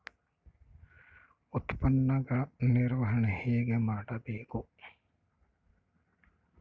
ಉತ್ಪನ್ನಗಳ ನಿರ್ವಹಣೆ ಹೇಗೆ ಮಾಡಬೇಕು?